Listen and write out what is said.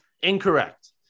incorrect